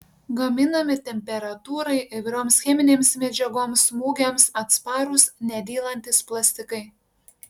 gaminami temperatūrai įvairioms cheminėms medžiagoms smūgiams atsparūs nedylantys plastikai